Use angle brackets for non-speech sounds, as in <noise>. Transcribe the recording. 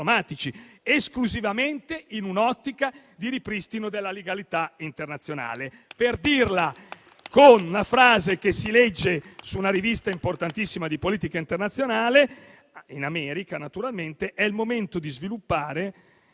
esclusivamente in un'ottica di ripristino della legalità internazionale. <applause> Per dirla con una frase che si legge su una importantissima rivista di politica internazionale, in America naturalmente: è il momento di sviluppare